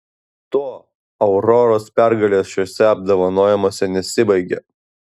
tuo auroros pergalės šiuose apdovanojimuose nesibaigė